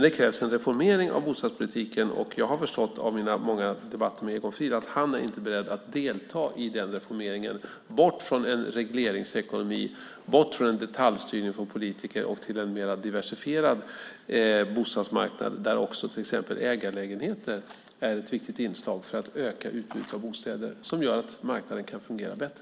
Det krävs en reformering av bostadspolitiken, men jag har förstått av mina många debatter med Egon Frid att han inte är beredd att delta i en reformering från regleringsekonomi och detaljstyrning av politiker till en mer diversifierad bostadsmarknad där också till exempel ägarlägenheter är ett viktigt inslag för att öka utbudet av bostäder som gör att marknaden kan fungera bättre.